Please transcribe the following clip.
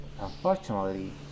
Unfortunately